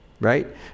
right